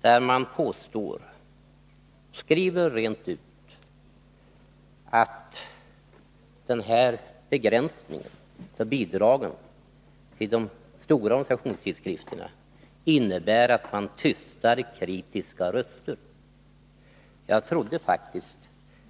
Där står rent ut att begränsningen av bidragen till de stora organisationstidskrifterna innebär att man tystar kritiska röster. Jag trodde faktiskt